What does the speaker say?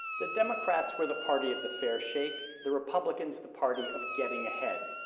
the democrats were the party of the fair shake, the republicans the party of getting ahead.